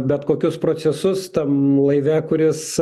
bet kokius procesus tam laive kuris